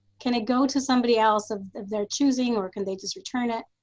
can it go to somebody else of of their choosing or can they just return it?